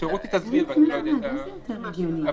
אולי רותי יכולה להסביר.